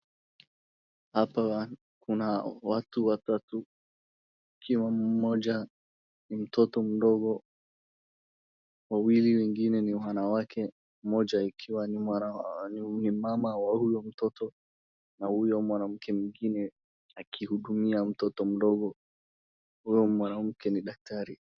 Hapa kuna watu watatu ikiwa mmoja ni mtoto mdogo wawili wanawake mmoja akiwa ni mama wa huyo mtoto na huyo mwanamke mwingine akihudumia mtoto mdogo. Huyo mwanamke ni daktari.